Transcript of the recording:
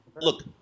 look